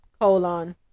colon